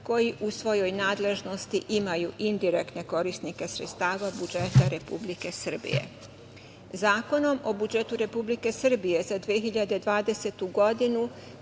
koji u svojoj nadležnosti imaju indirektne korisnike sredstava budžeta Republike Srbije. Zakonom o budžetu Republike Srbije za 2020. godinu